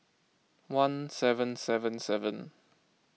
one seven seven seven